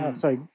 sorry